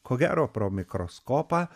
ko gero pro mikroskopą